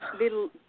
little